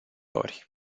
ori